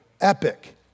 epic